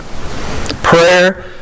prayer